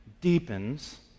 deepens